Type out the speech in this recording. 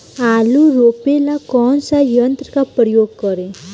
आलू रोपे ला कौन सा यंत्र का प्रयोग करी?